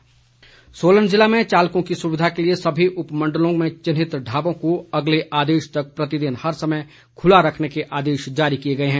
उपायुक्त आदेश सोलन ज़िला में चालकों की सुविधा के लिए सभी उपमंडलों में चिन्हित ढाबों को अगले आदेश तक प्रतिदिन हर समय खुला रखने के आदेश जारी किए गए हैं